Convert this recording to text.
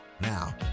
Now